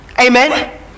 Amen